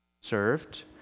served